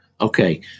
Okay